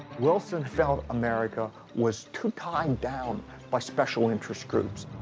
wilson felt america was too tied down by special interest groups